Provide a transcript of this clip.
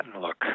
look